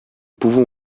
pouvons